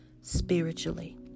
spiritually